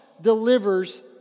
delivers